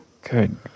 Good